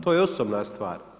To je osobna stvar.